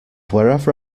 wherever